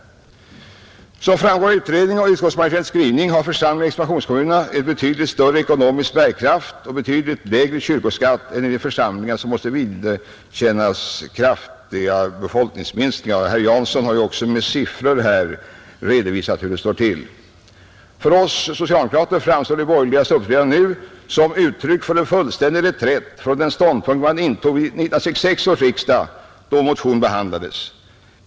Som framgår av utredningen och av utskottsmajoritetens skrivning har församlingarna i expansionskommunerna en betydligt större ekonomisk bärkraft och betydligt lägre kyrkoskatt än de församlingar som måste vidkännas kraftiga befolkningsminskningar. Herr Jansson har också med siffror ur utredningsmaterialet redovisat hur det står till. För oss socialdemokrater framstår de borgerligas uppträdande nu som uttryck för en fullständig reträtt från den ståndpunkt man intog vid 1966 års riksdag, då vår motion behandlades.